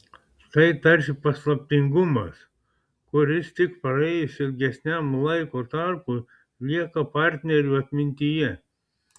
tai tarsi paslaptingumas kuris tik praėjus ilgesniam laiko tarpui lieka partnerių atmintyje